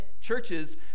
churches